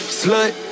slut